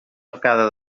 arcada